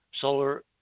solar